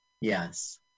Yes